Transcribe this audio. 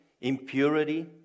impurity